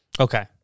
Okay